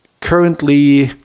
currently